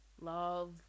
love